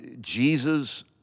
Jesus